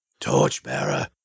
Torchbearer